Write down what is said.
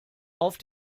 auf